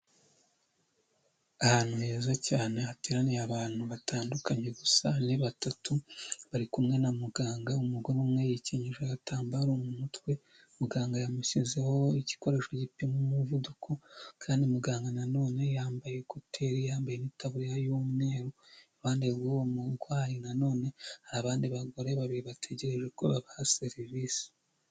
Ahantu heza cyane hateraniye abantu batandukanye gusa ni batatu bari kumwe na muganga, umugore umwe yikenyeje agatambaro mu mutwe, muganga yamushyizeho igikoresho gipima umuvuduko kandi muganga na none yambaye ekoteri, yambaye n'itaburiya y'umweru, iruhande rw'uwo murwayi na none hari abandi bagore babiri bategereje ko babaha serivisi.